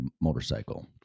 motorcycle